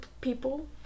people